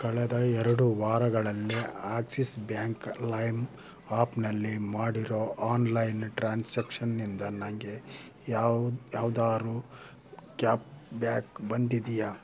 ಕಳೆದ ಎರಡು ವಾರಗಳಲ್ಲಿ ಆ್ಯಕ್ಸಿಸ್ ಬ್ಯಾಂಕ್ ಲೈಮ್ ಆಪ್ನಲ್ಲಿ ಮಾಡಿರೋ ಆನ್ಲೈನ್ ಟ್ರಾನ್ಸಕ್ಷನ್ನಿಂದ ನನಗೆ ಯಾವ ಯಾವ್ದಾದ್ರೂ ಕ್ಯಾಪ್ ಬ್ಯಾಕ್ ಬಂದಿದೆಯಾ